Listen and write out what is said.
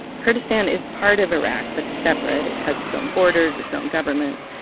kurdistan is part of iraq but separate. it has its own borders, its own government.